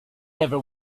never